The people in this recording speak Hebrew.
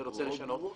רוצה לשנות,